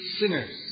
sinners